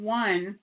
one